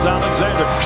Alexander